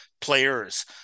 players